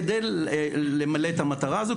כדי למלא את המטרה הזו,